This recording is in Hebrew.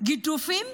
גידופים?